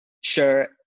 Sure